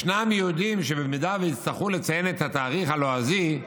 ישנם יהודים שבמידה שיצטרכו לציין את התאריך הלועזי,